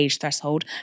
threshold